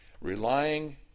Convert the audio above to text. relying